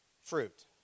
fruit